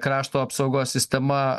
krašto apsaugos sistema